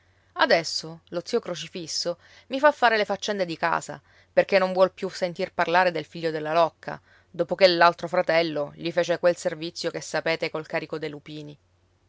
adesso lo zio crocifisso mi fa fare le faccende di casa perché non vuol più sentir parlare del figlio della locca dopo che l'altro fratello gli fece quel servizio che sapete col carico dei lupini